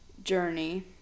journey